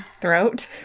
throat